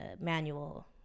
manual